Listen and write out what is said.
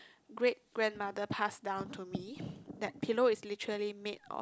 great grandmother passed down to me that pillow is literally made of